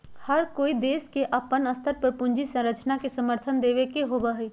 हर कोई देश के अपन स्तर पर पूंजी संरचना के समर्थन देवे के ही होबा हई